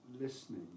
listening